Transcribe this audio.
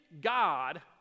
god